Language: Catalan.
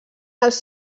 els